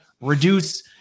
reduce